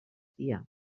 dia